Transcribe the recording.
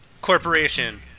corporation